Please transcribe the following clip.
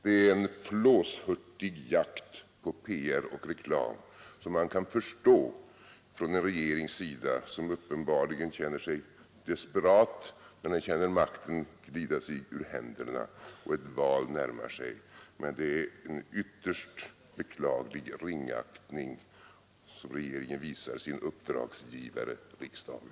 Det är en flåshurtig jakt på PR och reklam, som man kan förstå att en regering bedriver som uppenbarligen känner sig desperat när den känner makten glida sig ur händerna och ett val närmar sig. Men det är en ytterst beklaglig ringaktning som regeringen visar sin uppdragsgivare, riksdagen.